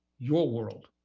your world,